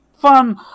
fun